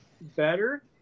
better